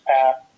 path